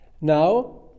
now